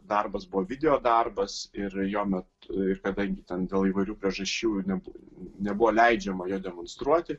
darbas buvo video darbas ir jo metu ir kadangi ten dėl įvairių priežasčių nebuvo nebuvo leidžiama jo demonstruoti